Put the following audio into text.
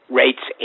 rates